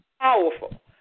powerful